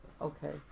Okay